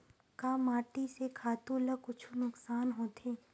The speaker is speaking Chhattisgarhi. का माटी से खातु ला कुछु नुकसान होथे?